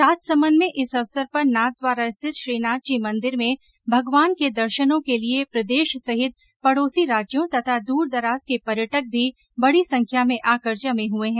राजसमंद में इस अवसर पर नाथद्वारा स्थित श्रीनाथ जी मंदिर में भगवान के दर्शनों के लिए प्रदेश सहित पडौसी राज्यों तथा दूर दराज के पर्यटक भी बड़ी संख्या में आकर जमे हुए है